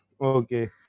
Okay